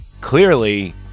clearly